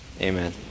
Amen